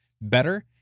better